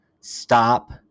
Stop